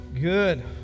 Good